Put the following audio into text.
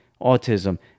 autism